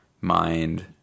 mind